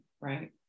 right